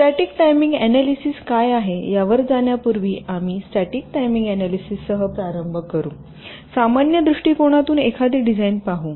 static timing analysis काय आहे यावर जाण्यापूर्वी आम्ही स्टॅटिक टायमिंग एनालिसिस सह प्रारंभ करू सामान्य दृष्टीकोनातून एखादे डिझाईन पाहू